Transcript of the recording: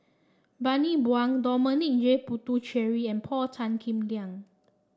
Bani Buang Dominic J Puthucheary and Paul Tan Kim Liang